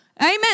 Amen